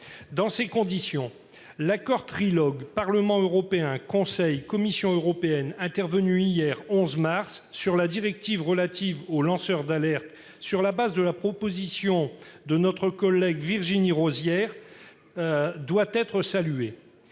Dans ces conditions, l'accord trilogue- Parlement européen-Conseil-Commission européenne -intervenu hier, 11 mars, sur la directive relative aux lanceurs d'alerte, sur le fondement de la proposition de notre collègue eurodéputée Virginie Rozière, doit être salué.